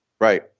Right